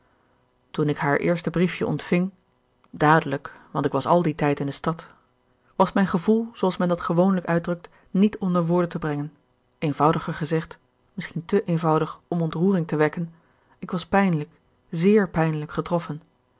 toen ik haar eerste briefje ontving dadelijk want ik was al dien tijd in de stad was mijn gevoel zooals men dat gewoonlijk uitdrukt niet onder woorden te brengen eenvoudiger gezegd misschien te eenvoudig om ontroering te wekken ik was pijnlijk zéér pijnlijk getroffen